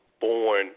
born